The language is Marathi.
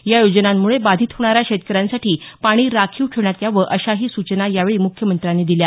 या योजनांमुळे बाधित होणाऱ्या शेतकऱ्यांसाठी पाणी राखीव ठेवण्यात यावं अशाही सूचना यावेळी मुख्यमंत्र्यांनी दिल्या